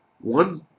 one